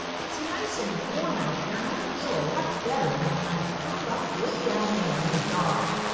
it's nice and warm out here, and i feel a lot better than when i am curled up way down there in the dark.